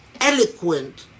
eloquent